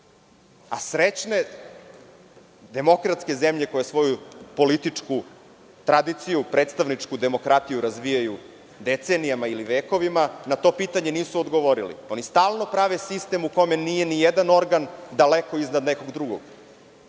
ovoga? Srećne demokratske zemlje koje svoju političku tradiciju, predstavničku demokratiju razvijaju decenijama ili vekovima, na to pitanje nisu odgovorile. Oni stalno prave sistem u kome nije ni jedan organ daleko iznad nekog drugog. Mi